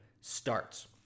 starts